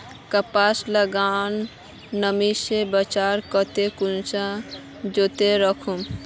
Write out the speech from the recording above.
कपास लाक नमी से बचवार केते कुंसम जोगोत राखुम?